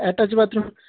attach bathroom